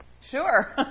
sure